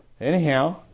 Anyhow